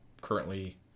currently